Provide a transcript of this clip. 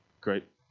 Great